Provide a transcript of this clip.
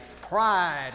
pride